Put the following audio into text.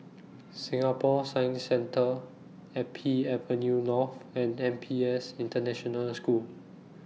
Singapore Science Centre Happy Avenue North and N P S International School